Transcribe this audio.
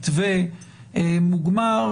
מתווה מוגמרים,